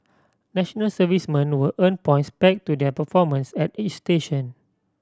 national servicemen will earn points pegged to their performance at each station